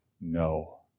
no